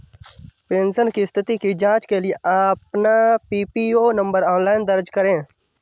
pension की स्थिति की जांच के लिए अपना पीपीओ नंबर ऑनलाइन दर्ज करें